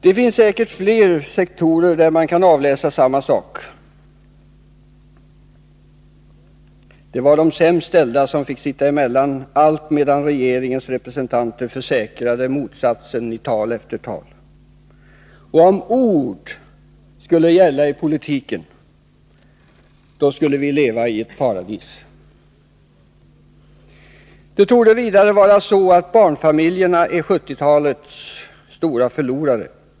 Det finns säkert fler sektorer där man skulle kunna avläsa samma sak, dvs. att det var de sämst ställda som fick sitta emellan alltmedan regeringens representanter försäkrade motsatsen i tal efter tal. Om ord skulle gälla i politiken, då skulle vi leva i ett paradis. Det torde vidare vara så att barnfamiljerna är 1970-talets stora förlorare.